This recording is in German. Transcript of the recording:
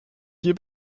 hier